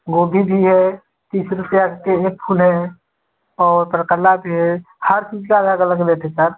गोभी भी है तीस रुपये के एक फूल है और करकल्ला भी है हर चीज का अलग अलग रेट है सर